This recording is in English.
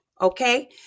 okay